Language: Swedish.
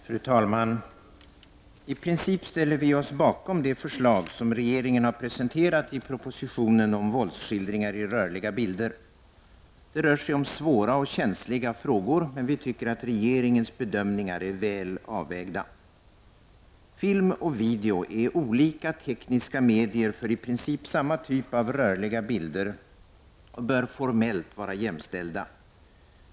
Fru talman! I princip ställer vi oss bakom de förslag som regeringen presenterat i propositionen om våldsskildringar i rörliga bilder. Det rör sig om svåra och känsliga frågor, men vi tycker att regeringens bedömningar är väl avvägda. Film och video är olika tekniska medier för i princip samma typ av rörliga bilder och bör formellt vara jämställda.